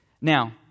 Now